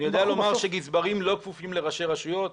אני יודע לומר שגזברים לא כפופים לראשי הרשויות,